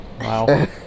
Wow